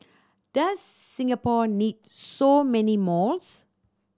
does Singapore need so many malls